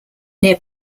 near